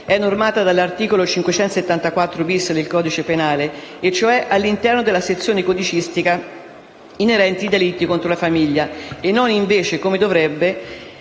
è normata dall'articolo 574-*bis* del codice penale, e cioè all'interno della sezione codicistica inerente ai delitti contro la famiglia e non invece, come dovrebbe,